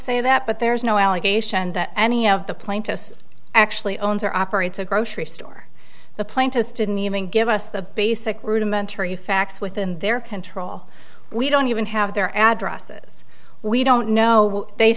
say that but there is no allegation that any of the plaintiffs actually owns or operates a grocery store the plaintiff didn't even give us the basic rudimentary facts within their control we don't even have their addresses we don't know they